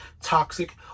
toxic